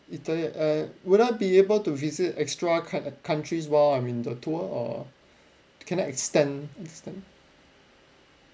italy eh will I be able to visit extra coun~ countries while I'm in the tour or can I extend extend